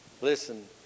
Listen